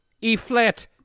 E-flat